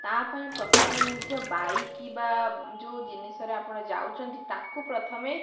ତା ପାଇଁ ପ୍ରଥମେ ନିଜ ବାଇକି ବା ଯେଉଁ ଜିନିଷରେ ଆପଣ ଯାଉଛନ୍ତି ତାକୁ ପ୍ରଥମେ